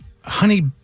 Honey